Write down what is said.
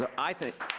i think